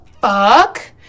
fuck